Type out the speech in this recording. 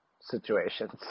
situations